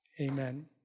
Amen